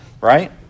Right